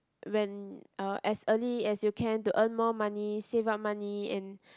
when uh as early as you can to earn more money save up money and